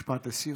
משפט לסיום.